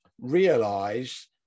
realize